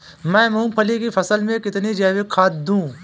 मैं मूंगफली की फसल में कितनी जैविक खाद दूं?